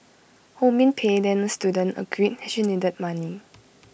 ho min Pei then A student agreed has she needed money